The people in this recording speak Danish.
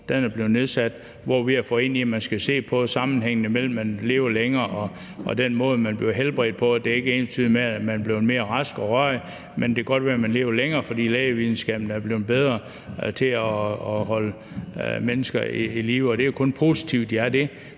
en seniorkommission, hvor vi har fået med, at vi skal se på sammenhængen mellem det at leve længere og den måde, man bliver helbredt på, og at det ikke er ensbetydende med, at man er blevet mere rask og rørig. Det kan godt være, at man lever længere, fordi lægevidenskaben er blevet bedre til at holde mennesker i live, og det er jo kun positivt, at de er det,